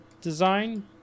design